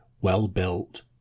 well-built